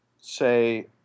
Say